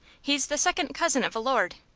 he's the second cousin of a lord,